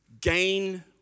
gain